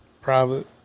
private